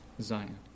Zion